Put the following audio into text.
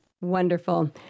Wonderful